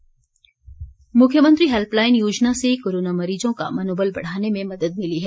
helpline मुख्यमंत्री helpline योजना से कोरोना मरीजों का मनोबल बढ़ाने मे मदद मिली है